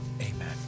Amen